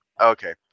Okay